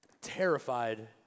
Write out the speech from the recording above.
terrified